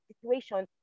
situation